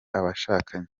abashakanye